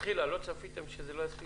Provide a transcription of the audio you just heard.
מלכתחילה לא צפיתם ששלוש שנים לא יספיקו?